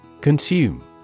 Consume